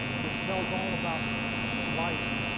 which tells all about life,